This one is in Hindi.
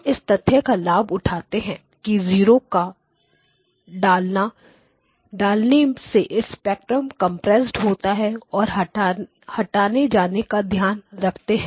हम इस तथ्य का लाभ उठाते हैं कि जीरो का डालने से स्पेक्ट्रम कंप्रेस होता हैऔर हटाए जाने का ध्यान रखते हैं